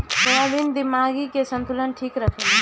soybean दिमागी के संतुलन ठीक रखेला